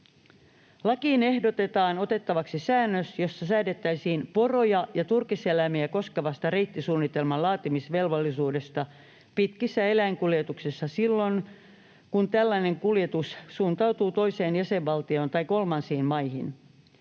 Lakiin ehdotetaan otettavaksi säännös, jossa säädettäisiin poroja ja turkiseläimiä koskevasta reittisuunnitelman laatimisvelvollisuudesta pitkissä eläinkuljetuksissa silloin, kun tällainen kuljetus suuntautuu toiseen jäsenvaltioon tai kolmansiin maihin.